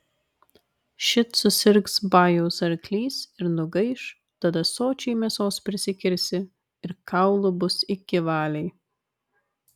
šit susirgs bajaus arklys ir nugaiš tada sočiai mėsos prisikirsi ir kaulų bus iki valiai